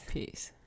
Peace